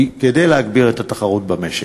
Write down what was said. כדי להגביר את התחרות במשק.